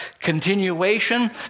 continuation